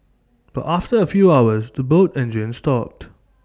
but after A few hours the boat engines stopped